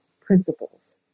principles